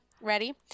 Ready